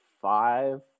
five